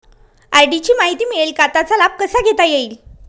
RD ची माहिती मिळेल का, त्याचा लाभ कसा घेता येईल?